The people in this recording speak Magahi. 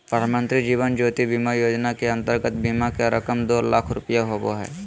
प्रधानमंत्री जीवन ज्योति बीमा योजना के अंतर्गत बीमा के रकम दो लाख रुपया होबो हइ